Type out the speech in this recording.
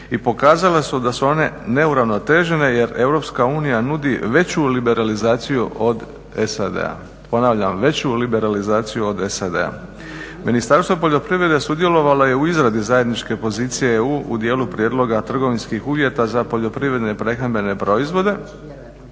i pokazalo se da su one neuravnotežene jer EU nudi veću liberalizaciju od SAD-a." Ponavljam, veću liberalizaciju od SAD-a. Ministarstvo poljoprivrede sudjelovalo je u izradi zajedničke pozicije EU u dijelu prijedloga trgovinskih uvjeta za poljoprivredne i prehrambene proizvode.